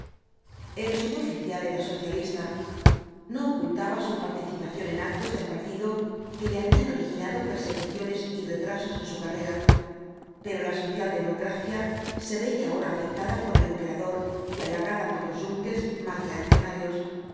el suboficial era socialista no ocultaba su participación en actos del partido que le habían originado persecuciones y retrasos en su carrera pero la socialdemocracia se veía ahora aceptada por el emperader y halagada por los junkers más reaccionarios